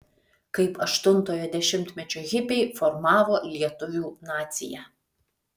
kaip aštuntojo dešimtmečio hipiai formavo lietuvių naciją